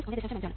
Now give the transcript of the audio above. h21 എന്നത് 1